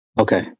Okay